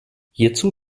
hierzu